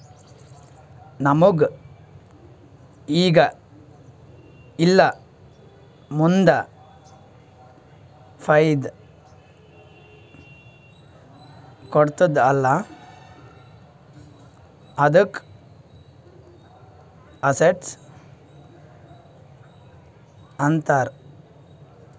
ನಮುಗ್ ಈಗ ಇಲ್ಲಾ ಮುಂದ್ ಫೈದಾ ಕೊಡ್ತುದ್ ಅಲ್ಲಾ ಅದ್ದುಕ ಅಸೆಟ್ಸ್ ಅಂತಾರ್